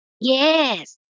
Yes